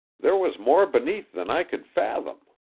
there was more beneath than i could fathom.